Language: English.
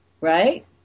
Right